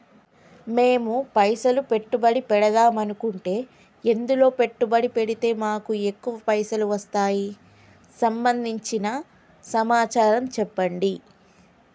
మేము పైసలు పెట్టుబడి పెడదాం అనుకుంటే ఎందులో పెట్టుబడి పెడితే మాకు ఎక్కువ పైసలు వస్తాయి సంబంధించిన సమాచారం చెప్పండి?